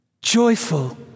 Joyful